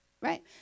right